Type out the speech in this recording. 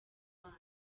wanyu